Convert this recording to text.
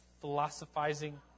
philosophizing